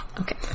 Okay